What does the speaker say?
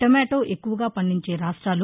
tomato ఎక్కువగా పండించే రాష్ట్రాలు